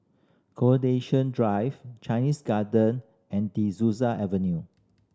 Coronation Drive Chinese Garden and De Souza Avenue